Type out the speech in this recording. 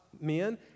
men